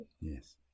Yes